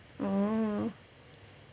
oh